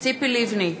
ציפי לבני,